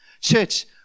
Church